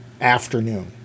afternoon